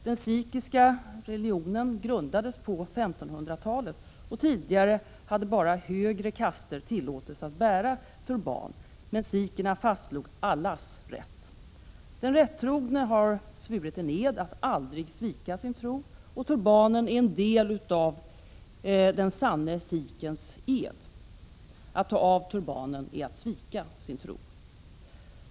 Den sikhiska religionen grundades på 1500-talet. Tidigare hade bara högre kaster tillåtelse att bära turban, men sikherna fastslog allas rätt. Den rättrogne har svurit en ed att aldrig svika sin tro. Turbanen är en del av den sanne sikhens ed. Att ta av turbanen är att svika sin tro.